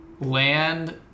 land